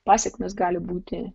pasekmės gali būti